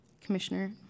Commissioner